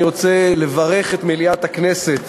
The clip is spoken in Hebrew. אני רוצה לברך את מליאת הכנסת